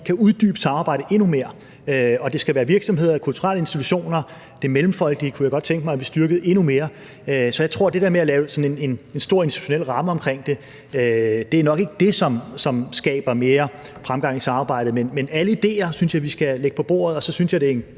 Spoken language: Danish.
kan uddybe samarbejdet endnu mere. Det skal omfatte virksomheder og kulturelle institutioner – og det mellemfolkelige kunne jeg godt tænke mig at vi styrkede endnu mere. Så jeg tror, at det der med at lave sådan en stor institutionel ramme omkring det nok ikke er det, som skaber mere fremgang i samarbejdet. Men alle idéer synes jeg vi skal lægge på bordet. Og så synes jeg, det er en